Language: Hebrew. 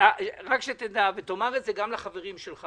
ותאמר גם לחברים שלך,